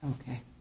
Okay